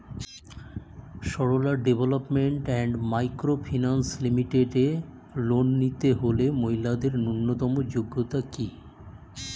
Sarala Development and Micro Finance Limited loan নিতে মহিলাদের ন্যূনতম যোগ্যতা কী?